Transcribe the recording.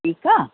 ठीकु आहे